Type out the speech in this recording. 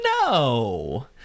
No